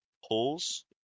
holes